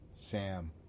Sam